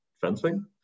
fencing